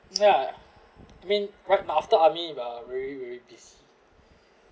ya I mean right after army we're really really peace